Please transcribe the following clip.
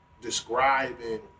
describing